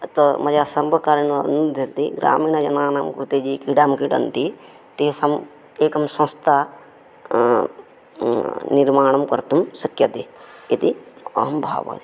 अतः मया सर्वकारेण अनुद्यते ग्रामिणजनानाङ्कृते ये क्रीडां क्रीडन्ति तेषाम् एकं संस्था निर्माणं कर्तुं शक्यते इति अहं भावयामि